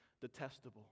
detestable